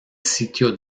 sitio